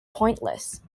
pointless